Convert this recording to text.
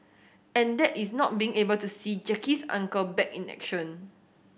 and that is not being able to see Jackie's Uncle back in action